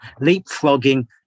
Leapfrogging